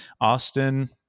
Austin